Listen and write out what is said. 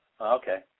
Okay